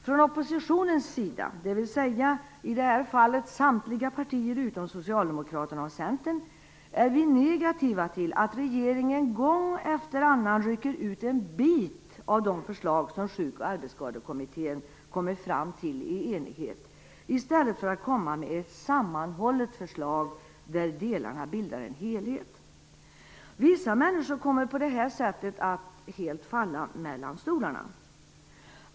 Från oppositionens sida, d.v.s. i det här fallet samtliga partier utom Socialdemokraterna och Centern, är vi negativa till att regeringen gång efter annan rycker ut en bit av de förslag som Sjuk och arbetsskadekommittén kommit fram till i enighet, istället för att komma med ett sammanhållet förslag, där delarna bildar en helhet. Vissa människor kommer på detta sätt att helt falla mellan stolarna.